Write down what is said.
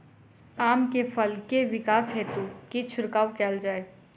आम केँ फल केँ विकास हेतु की छिड़काव कैल जाए?